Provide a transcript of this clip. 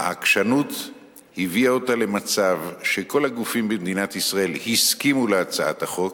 העקשנות הביאה אותה למצב שכל הגופים במדינת ישראל הסכימו להצעת החוק.